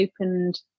opened